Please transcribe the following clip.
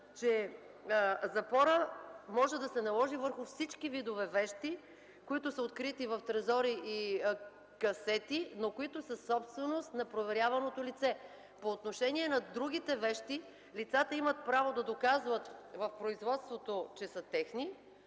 че запорът може да се наложи върху всички видове вещи, които са открити в трезори и касети, но които са собственост на проверяваното лице. По отношение на другите вещи лицата имат право да доказват в производството, че са тяхна